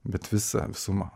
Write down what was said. bet visą sumą